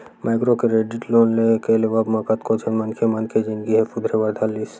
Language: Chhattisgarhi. माइक्रो क्रेडिट लोन के लेवब म कतको झन मनखे मन के जिनगी ह सुधरे बर धर लिस